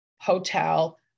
hotel